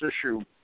issue